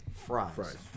fries